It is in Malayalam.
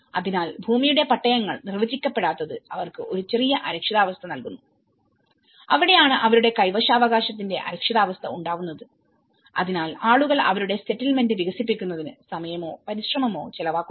അതിനാൽ ഭൂമിയുടെ പട്ടയങ്ങൾ നിർവചിക്കപ്പെടാത്തത് അവർക്ക് ഒരു ചെറിയ അരക്ഷിതാവസ്ഥ നൽകുന്നു അവിടെയാണ് അവരുടെ കൈവശാവകാശത്തിന്റെ അരക്ഷിതാവസ്ഥ ഉണ്ടാവുന്നത് അതിനാൽ ആളുകൾ അവരുടെ സെറ്റിൽമെന്റ് വികസിപ്പിക്കുന്നതിന് സമയമോ പരിശ്രമമോ ചെലവഴിക്കുന്നില്ല